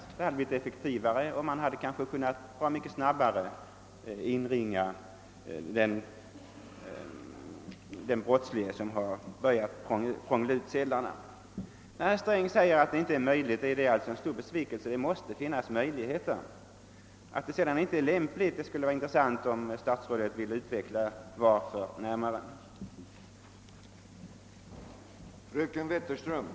Dess arbete hade blivit mera effektivt, och polisen hade kanske då snabbare kunnat inringa den brottslige som prånglat ut sedlarna. | När herr Sträng säger att det är omöjligt att ge ersättning, så är det beskedet en stor besvikelse för mig. Det måste finnas möjligheter i det fallet. Och om det är så, att det inte anses lämpligt att gå den vägen, så vore det intressant att höra statsrådet närmare utveckla skälen härför.